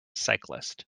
cyclist